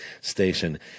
station